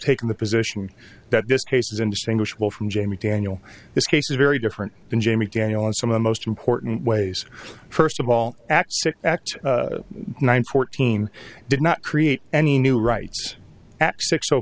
taking the position that this case is indistinguishable from jamie daniel this case is very different than jamie daniel and some of the most important ways first of all act nine fourteen did not create any new rights at six so